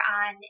on